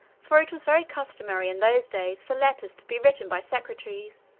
for it was very customary in those days for letters to be written by secretaries,